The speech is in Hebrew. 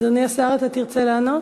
אדוני השר, אתה תרצה לענות?